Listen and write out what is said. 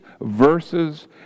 verses